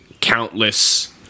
countless